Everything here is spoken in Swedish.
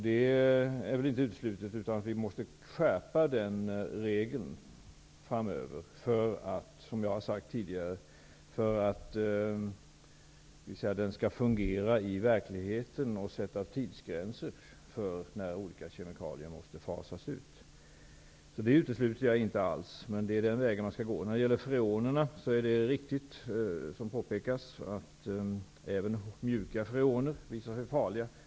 Den är inte utesluten, utan vi måste skärpa den regeln framöver för att, som jag har sagt tidigare, den skall kunna fungera i verkligheten. Vi måste sätta tidsgränser för när olika kemikalier måste fasas ut. Det utesluter jag inte alls, men det är den väg som man skall gå. När det gäller freonerna är det riktigt som här påpekades, att även mjuka freoner visat sig vara farliga.